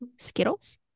skittles